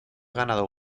ganado